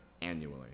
annually